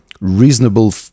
reasonable